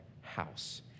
house